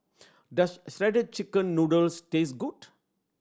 does Shredded Chicken Noodles taste good